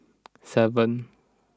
seven